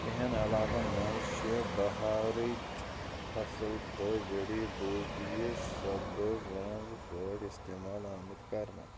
کینٛہَن علاقَن منٛز چھِ بَہارٕچ فصٕل تہٕ جٔڑی بوٗٹیہِ سبٕز رنٛگ پٲٹھۍ استعمال آمٕتۍ کرنہٕ